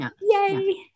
Yay